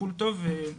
טיפול טוב וזה.